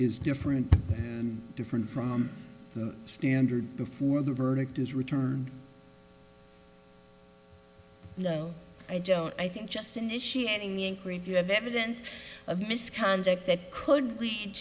is different different from the standard before the verdict is returned no i don't i think just initiating inquiries you have evidence of misconduct that could lead